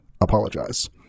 apologize